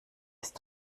ist